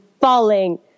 falling